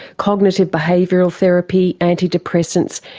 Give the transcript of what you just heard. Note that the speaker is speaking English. cognitive behavioural therapy, antidepressants?